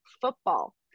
football